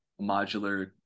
modular